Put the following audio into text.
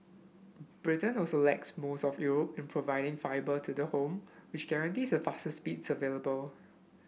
Britain also lags most of Europe in providing fibre to the home which guarantees the fastest speeds available